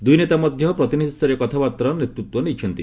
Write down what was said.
ଦୁଇ ନେତା ମଧ୍ୟ ପ୍ରତିନିଧିସ୍ତରୀୟ କଥାବାର୍ତ୍ତାର ନେତୃତ୍ୱ ନେଇଛନ୍ତି